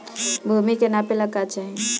भूमि के नापेला का चाही?